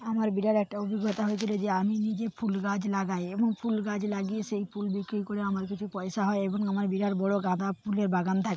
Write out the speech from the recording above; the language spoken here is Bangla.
আমার বিরাট একটা অভিজ্ঞতা হয়েছিলো যে আমি নিজে ফুল গাছ লাগাই এবং ফুল গাছ লাগিয়ে সেই ফুল বিক্রি করে আমার কিছু পয়সা হয় এবং আমার বিরাট বড়ো গাঁদা ফুলের বাগান থাকে